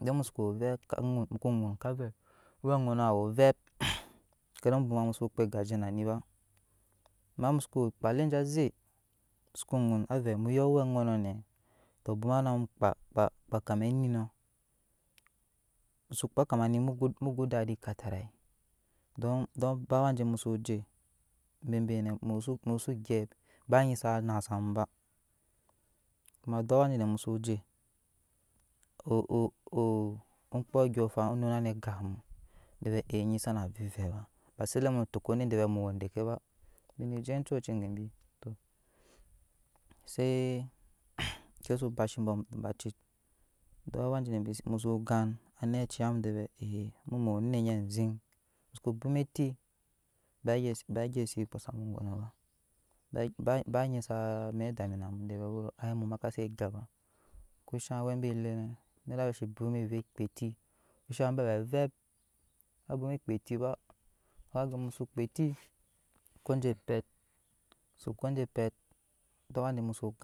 ede mu su kuwoo evep ka. nun muso ko ŋun ka vɛɛ owɛ ŋono we ovep kede mu bwoma musu kpaa egaje nani ba amma musoko woo kpaa alije aze muso ko ŋun avɛɛ mu ya owɛ ŋono nɛ to bwama ma mu apaa kpaa kama eminɔ musokun kpaa kama ni mu mu go dadi katari don don awaa je musuje bebe nɛ musu musu gyɛp b anyi saa na samba kuma duk je ne musu jee o okpɔk ondyɔɔŋ afn onuna eme egap mu de vɛɛ oŋyinɛ sama vep evep ba ba se lale mu no teke onet veɛ emuwe edeke nɛ ba bi ne je ecɔɔci gebi to zee ke zuba shi bɔɔkɔ baci duk. awa jenɛ musoo gan anet waa liya mude vɛɛemuwe anet nyɛɛ aziŋ mu suko bwoma eti bagye bagye ze kpaa zam ba nyi za dami na mu de vɛɛ wero mu ma kpaa ze egya ba amma awɛ bi elenɛ nadu sasi bwoma ovɛɛ ekpaa ebi kushan bɛ we avep sa bwoma kpaa eti ba kap alum musoka kpaa eti muko aje epet musu ko aje epet dul awaa je muso kpaa.